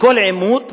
בכל עימות במכוניות,